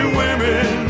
women